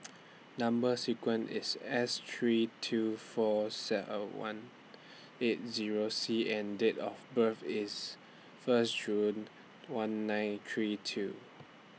Number sequence IS S three two seven four one eight Zero C and Date of birth IS First June one nine three two